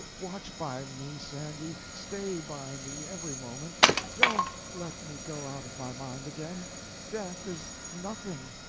watch by me, sandy stay by me every moment don't let me go out of my mind again death is nothing,